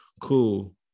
cool